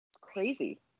crazy